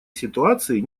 ситуации